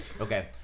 Okay